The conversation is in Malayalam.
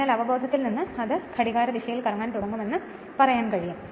അതിനാൽ അവബോധത്തിൽ നിന്ന് അത് ഘടികാരദിശയിൽ കറങ്ങാൻ തുടങ്ങുമെന്ന് നിങ്ങൾക്ക് പറയാൻ കഴിയും